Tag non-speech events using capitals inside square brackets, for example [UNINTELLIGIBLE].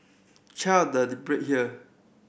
check out the [UNINTELLIGIBLE] here